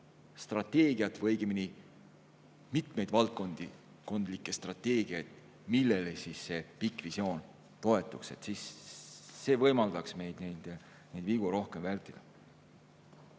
strateegiat või õigemini mitmeid valdkondlikke strateegiaid, millele see pikk visioon toetuks. See võimaldaks meil neid vigu rohkem vältida.